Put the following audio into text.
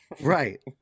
right